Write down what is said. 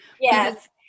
Yes